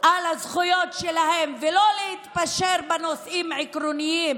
על הזכויות שלהם ולא להתפשר בנושאים עקרוניים,